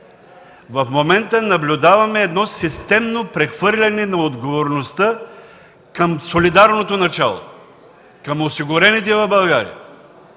В момента наблюдаваме едно системно прехвърляне на отговорността към солидарното начало, към осигурените в България.